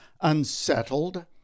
unsettled